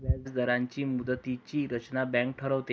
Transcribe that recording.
व्याजदरांची मुदतीची रचना बँक ठरवते